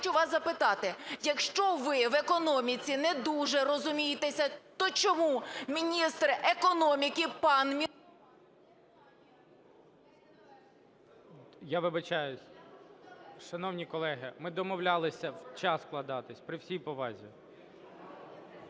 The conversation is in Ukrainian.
хочу вас запитати. Якщо ви в економіці не дуже розумієтеся, то чому міністр економіки пан… ГОЛОВУЮЧИЙ. Я вибачаюсь. Шановні колеги, ми домовлялися в час вкладатися, при всій повазі.